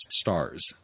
stars